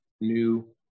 new